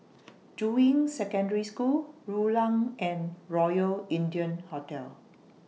Juying Secondary School Rulang and Royal India Hotel